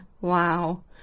Wow